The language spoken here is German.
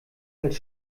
als